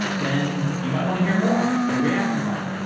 then you might want to hear more at reactathon.